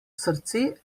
srce